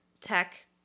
tech